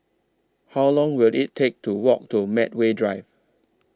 How Long Will IT Take to Walk to Medway Drive